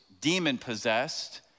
demon-possessed